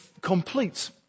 complete